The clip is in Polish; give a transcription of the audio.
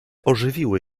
ożywiły